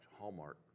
Hallmark